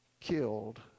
killed